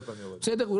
אתה מאבד הכנסה.